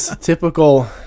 typical